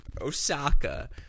Osaka